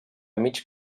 mig